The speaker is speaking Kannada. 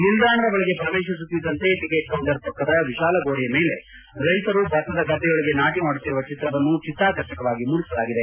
ನಿಲ್ದಾಣದ ಒಳಗೆ ಪ್ರವೇತಿಸುತ್ತಿದ್ದಂತೆ ಟಿಕೆಟ್ ಕೌಂಟರ್ ಪಕ್ಕದ ವಿಶಾಲ ಗೋಡೆಯ ಮೇಲೆ ರೈತರು ಭತ್ತದ ಗದ್ದೆಯೊಳಗೆ ನಾಟ ಮಾಡುತ್ತಿರುವ ಚಿತ್ರವನ್ನು ಚಿತ್ತಾಕರ್ಷಕವಾಗಿ ಮೂಡಿಸಲಾಗಿದೆ